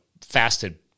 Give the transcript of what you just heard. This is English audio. fasted